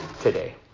today